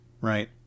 Right